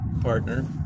partner